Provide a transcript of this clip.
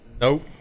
Nope